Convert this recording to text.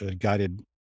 guided